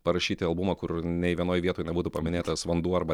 parašyti albumą kur nei vienoj vietoj nebūtų paminėtas vanduo arba